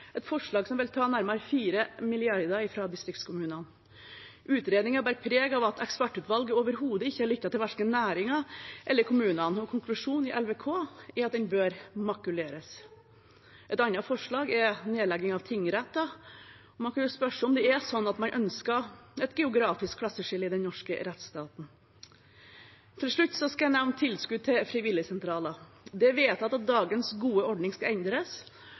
et forslag som vil ta nærmere 4 mrd. kr fra distriktskommunene. Utredningen bærer preg av at ekspertutvalget overhodet ikke har lyttet til verken næringen eller kommunene, og konklusjonen til LVK, Landssamanslutninga av Vasskraftkommunar, er at den bør makuleres. Et annet forslag er nedlegging av tingretter. Man kan jo spørre seg om det er slik at man ønsker et geografisk klasseskille i den norske rettsstaten. Til slutt vil jeg nevne tilskudd til frivilligsentraler. Det er vedtatt at dagens gode ordning skal endres,